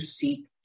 seek